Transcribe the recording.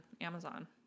Amazon